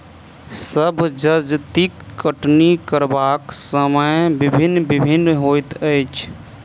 सभ जजतिक कटनी करबाक समय भिन्न भिन्न होइत अछि